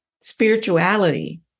spirituality